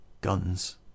guns